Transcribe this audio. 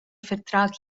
vertrag